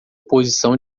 posição